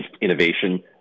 innovation